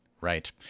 Right